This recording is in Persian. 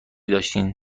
داشتین